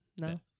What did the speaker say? no